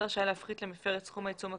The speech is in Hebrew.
רשאי להפחית למפר את סכום העיצום הכספי,